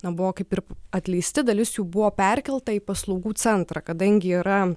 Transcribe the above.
na buvo kaip ir atleisti dalis jų buvo perkelta į paslaugų centrą kadangi yra